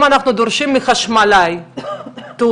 אם אנחנו דורשים מחשמלאי תעודה,